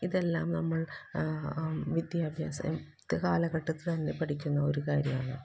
ഇതെല്ലാം നമ്മള് വിദ്യാഭ്യാസ കാലഘട്ടത്തില് തന്നെ പഠിക്കുന്ന ഒരു കാര്യമാണ്